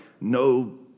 no